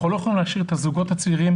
אנחנו לא יכולים להשאיר את הזוגות הצעירים,